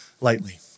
lightly